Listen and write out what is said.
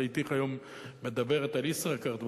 ראיתיך היום בבוקר מדברת על "ישראכרט",